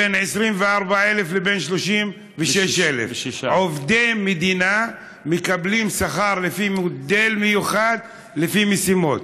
מ-24,000 עד 36,000. עובדי מדינה מקבלים שכר לפי מודל מיוחד לפי משימות.